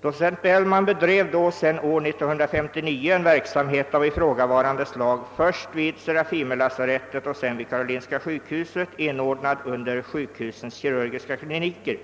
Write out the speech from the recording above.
Docent Bellman bedrev då sedan år 1959 en verksamhet av ifrågavarande slag först vid Serafimerlasarettet och sedan vid Karolinska sjukhuset inordnad under sjukhusens kirurgiska kliniker.